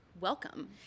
welcome